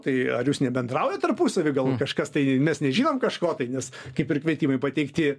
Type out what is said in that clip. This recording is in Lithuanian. tai ar jūs nebendraujat tarpusavy galbūt kažkas tai mes nežinom kažko tai nes kaip ir kvietimai pateikti